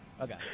okay